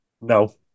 No